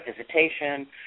visitation